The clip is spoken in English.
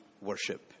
worship